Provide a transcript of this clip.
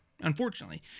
unfortunately